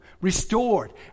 restored